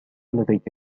لديك